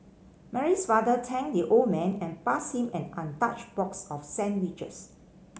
Mary's father thanked the old man and passed him an untouched box of sandwiches